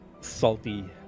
salty